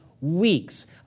weeks